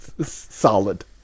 Solid